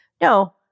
no